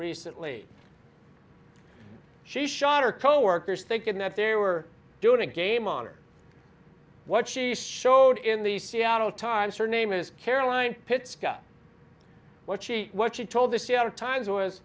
recently she shot her coworkers thinking that there were doing a game on her what she showed in the seattle times her name is caroline pitts got what she what she told the seattle times was